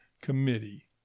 Committee